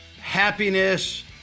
happiness